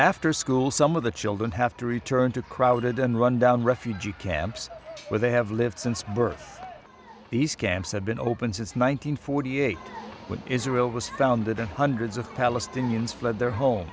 after school some of the children have to return to crowded and rundown refugee camps where they have lived since birth these camps have been open since one nine hundred forty eight when israel was founded and hundreds of palestinians fled their home